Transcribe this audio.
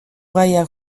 gaiak